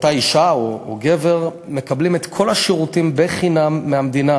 אותה אישה או אותו גבר מקבלים את כל השירותים בחינם מהמדינה: